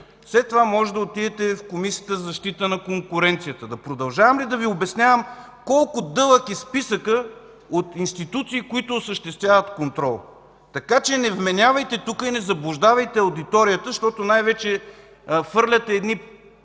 След това можете да отидете в Комисията за защита на конкуренцията. Да продължавам ли да Ви обяснявам колко дълъг е списъкът от институции, които осъществяват контрол? Така че не вменявайте тук и не заблуждавайте аудиторията, защото хвърляте едни